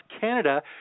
Canada